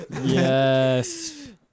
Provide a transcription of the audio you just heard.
Yes